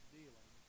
dealing